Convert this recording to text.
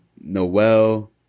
Noel